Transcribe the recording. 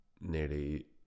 nearly